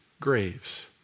graves